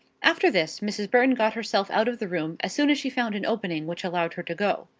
after this mrs. burton got herself out of the room as soon as she found an opening which allowed her to go.